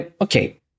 okay